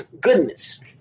goodness